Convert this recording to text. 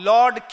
Lord